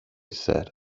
said